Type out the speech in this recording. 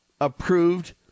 approved